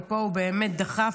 ופה הוא באמת דחף,